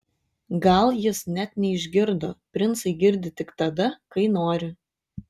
gal jis net neišgirdo princai girdi tik tada kai nori